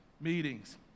meetings